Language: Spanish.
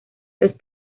los